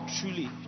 truly